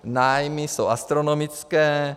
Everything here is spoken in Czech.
Nájmy jsou astronomické.